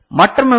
மற்ற மெமரி ஐ